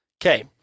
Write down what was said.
Okay